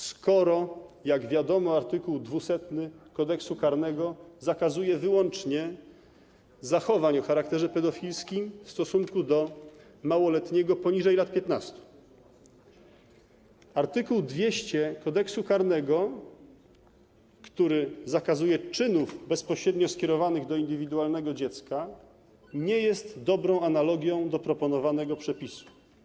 Skoro jak wiadomo art. 200 Kodeksu karnego zakazuje wyłącznie zachowań o charakterze pedofilskim w stosunku do małoletniego poniżej lat 15. Art. 200 Kodeksu karnego, który zakazuje czynów bezpośrednio skierowanych do indywidualnego dziecka, nie jest dobrą analogią do proponowanego przepisu.